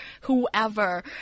whoever